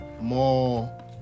more